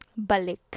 balik